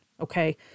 Okay